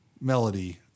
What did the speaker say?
melody